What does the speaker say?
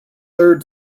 third